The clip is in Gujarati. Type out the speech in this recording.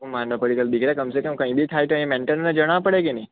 શું માનવા પડે પણ દીકરા કમ સે કમ કઈ બી થાય તો અહીં મેન્ટરને જાણવા પડે કે ની